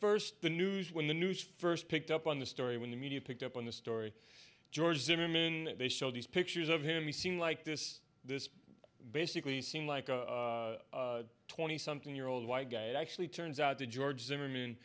first the news when the news first picked up on the story when the media picked up on the story george zimmerman they showed these pictures of him he seemed like this this basically seemed like a twenty something year old white guy it actually turns out that george zimmerman